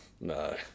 No